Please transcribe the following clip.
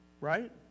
Right